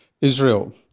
Israel